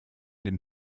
den